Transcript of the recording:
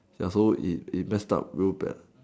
ya so it it lets stuck roof there